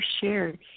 shared